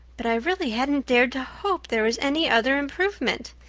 but i really hadn't dared to hope there was any other improvement.